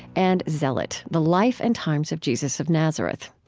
and zealot the life and times of jesus of nazareth.